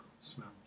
smell